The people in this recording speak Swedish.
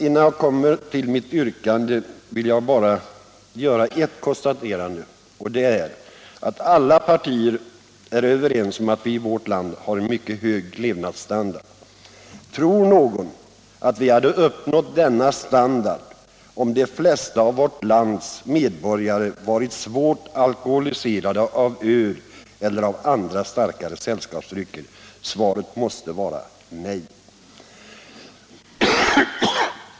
Innan jag kommer till mitt yrkande vill jag bara konstatera följande. Alla partier är överens om att vi i vårt land har en mycket hög levnadsstandard. Tror någon att vi hade uppnått denna standard om de flesta av vårt lands medborgare hade varit svårt alkoholiserade av öl eller av andra starkare sällskapsdrycker? Svaret måste vara nej.